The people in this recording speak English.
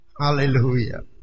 Hallelujah